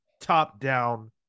top-down